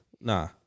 Nah